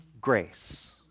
grace